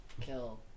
kill